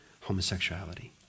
homosexuality